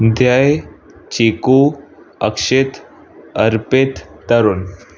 Jay Chiku Akshit Arpit तरुन